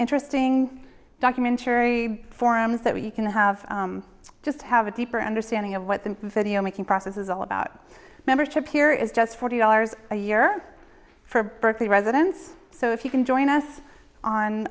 interesting documentary forms that we can have just have a deeper understanding of what the video making process is all about membership here is just forty dollars a year for berkeley residents so if you can join us